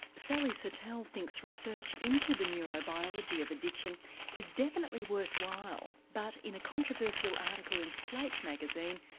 sally satel thinks research into the neurobiology of addiction is definitely worthwhile. but in a controversial article in slate magazine,